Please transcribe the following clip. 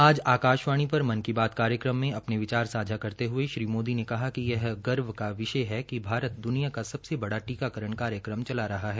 आज आकाशवाणी पर मन की बात कार्यक्रम में अपने विचार सांझा करते हये श्री मोदी ने कहा कि यह गर्व की विषय है कि भारत दुनिया का सबसे बढ़ा टीकाकरण कार्यक्रम चला रहा है